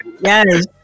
Yes